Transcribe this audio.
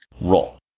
Roll